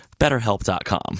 BetterHelp.com